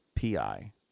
PI